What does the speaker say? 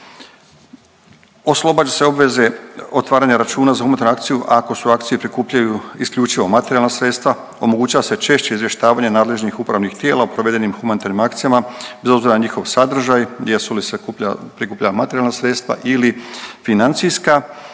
Oslobađa se obveze otvaranja računa za humanitarnu akciju ako se akcijom prikupljaju isključivo materijala sredstva, omogućava se češće izvještavanje nadležnih upravnih tijela o provedenim humanitarnim akcijama…/Govornik se ne razumije/…njihov sadržaj, jesu li se prikupljala materijalna sredstva ili financijska